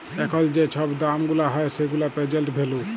এখল যে ছব দাম গুলা হ্যয় সেগুলা পের্জেল্ট ভ্যালু